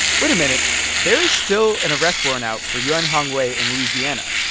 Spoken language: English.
wait a minute there is still an arrest warrant out for yuan hongwei in louisiana.